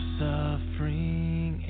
suffering